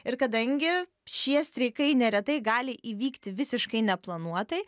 ir kadangi šie streikai neretai gali įvykti visiškai neplanuotai